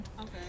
Okay